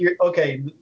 okay